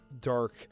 dark